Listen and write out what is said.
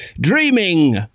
Dreaming